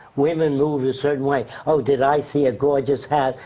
women move in certain way. oh, did i see a gorgeous hat?